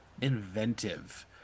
inventive